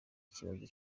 ikibazo